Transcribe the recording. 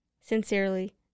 Sincerely